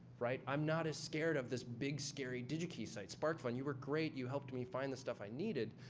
right? i'm not as scared of this big, scary digikey site. sparkfun, you were great. you helped me find the stuff i needed.